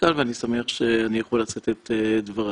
לכאן ואני שמח שאני יכול לשאת את דבריי.